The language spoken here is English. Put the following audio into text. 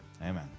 Amen